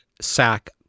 sack